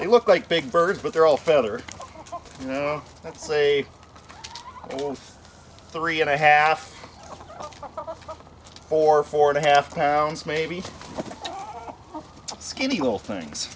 they look like big bird but they're all feather you know that's a three and a half or four and a half pounds maybe skinny little things